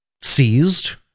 seized